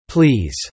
Please